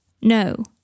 No